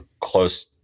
close